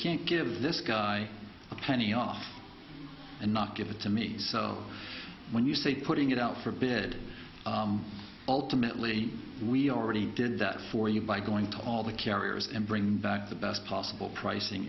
can't give this guy a penny off and not give it to me so when you say putting it out for bid ultimately we already did that for you by going to all the carriers and bringing back the best possible pricing